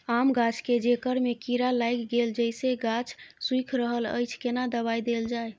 आम गाछ के जेकर में कीरा लाईग गेल जेसे गाछ सुइख रहल अएछ केना दवाई देल जाए?